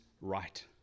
right